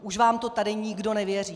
Už vám to tady nikdo nevěří.